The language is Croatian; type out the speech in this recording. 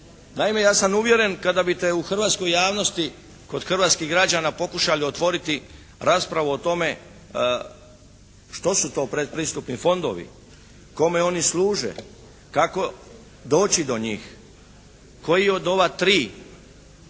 Naime, ja sam uvjeren kada bi te u hrvatskoj javnosti, kod hrvatskih građana pokušali otvoriti raspravu o tome što su to predpristupni fondovi, kome oni služe, kako doći do njih, koji od ova tri se